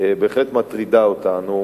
בהחלט מטרידה אותנו.